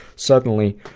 suddenly,